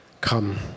Come